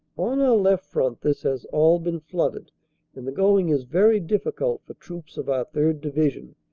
on our left front this has all been flooded and the going is very difficult for troops of our third division.